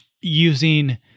using